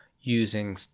using